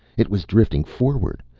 it was drifting forward,